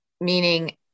meaning